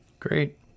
Great